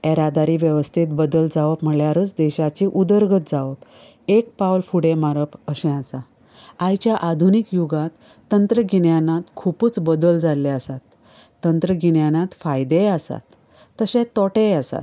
येरादारी वेवस्थेंत बदल जावप म्हळ्यारच देशांची उदरगत जावप एक पावल फुडें मारप अशें आसा आयच्या आधुनिक युगांत तंत्रगिन्यांनात खूबच बदल जाल्ले आसात तंत्रगिन्यानांत फायदेय आसात तशेंच तोटेय आसात